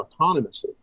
autonomously